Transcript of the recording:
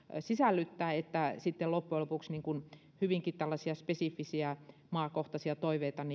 sisällyttää eli sitten loppujen lopuksi hyvinkin tällaisten spesifisten maakohtaisten toiveitten